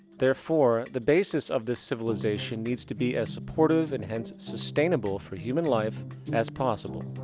therefore, the basis of this civilization needs to be as supportive and hence sustainable for human life as possible.